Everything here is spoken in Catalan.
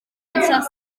espases